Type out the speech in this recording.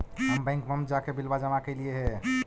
हम बैंकवा मे जाके बिलवा जमा कैलिऐ हे?